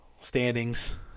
standings